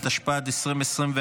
התשפ"ד 2024,